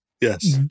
yes